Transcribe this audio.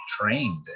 trained